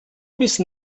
wissen